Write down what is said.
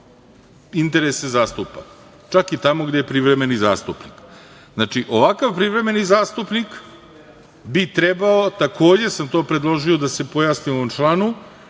interese zastupa, čak i tamo gde je privremeni zastupnik. Znači, ovakav privremeni zastupnik bi trebao, takođe sam to predložio da se pojasni u ovom članu,